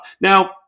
Now